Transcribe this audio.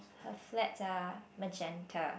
her flats are magenta